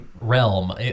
realm